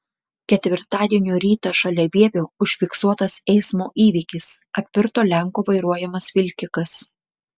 ketvirtadienio rytą šalia vievio užfiksuotas eismo įvykis apvirto lenko vairuojamas vilkikas